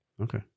Okay